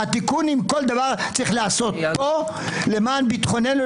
והתיקון צריך להיעשות פה למען ביטחוננו,